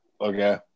Okay